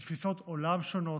עם תפיסות עולם שונות,